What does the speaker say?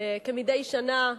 כמדי שנה,